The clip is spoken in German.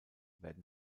werden